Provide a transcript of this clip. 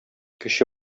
кече